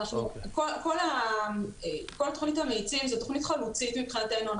כל תכנית המאיצים זאת תכנית חלוצית מבחינתנו.